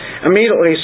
immediately